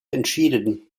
entschieden